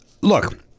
Look